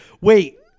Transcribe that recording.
Wait